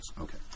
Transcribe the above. Okay